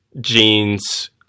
jeans